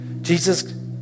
Jesus